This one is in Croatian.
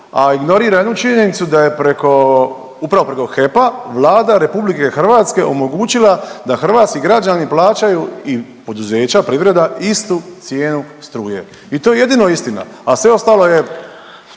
a ignorira jednu činjenicu da je preko, upravo preko HEP-a Vlada RH omogućila da hrvatski građani plaćaju, i poduzeća, privreda, istu cijenu struje. I to je jedino istina, a sve ostalo je